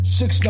six